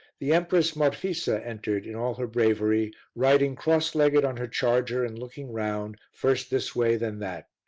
the empress marfisa entered in all her bravery, riding cross-legged on her charger and looking round, first this way, then that.